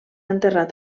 enterrat